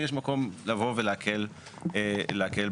האם יש יכולת לבוא ולהקל בתנאים,